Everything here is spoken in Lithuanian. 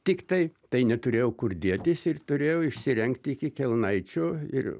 tiktai tai neturėjau kur dėtis ir turėjau išsirengti iki kelnaičių ir